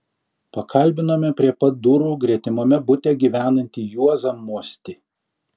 pakalbinome prie pat durų gretimame bute gyvenantį juozą mostį